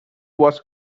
was